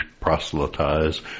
proselytize